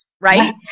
right